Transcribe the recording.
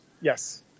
Yes